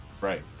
Right